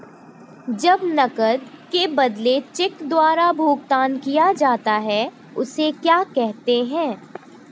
जब नकद के बदले चेक द्वारा भुगतान किया जाता हैं उसे क्या कहते है?